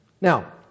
Now